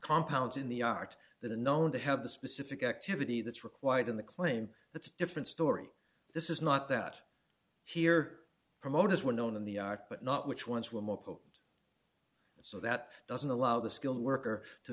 compounds in the art the known to have the specific activity that's required in the claim that's a different story this is not that here promoters were known in the art but not which ones were more potent so that doesn't allow the skilled worker to